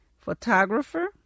Photographer